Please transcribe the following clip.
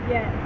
Yes